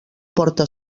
porta